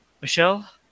Michelle